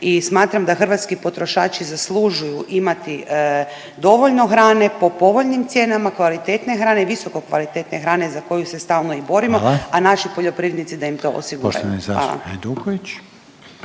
smatram da hrvatski potrošači zaslužuju imati dovoljno hrane po povoljnim cijenama, kvalitetne hrane, visokokvalitetne hrane za koju se stalno i borimo, …/Upadica Reiner: Hvala./… a naši poljoprivrednici da im to osiguraju.